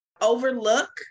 overlook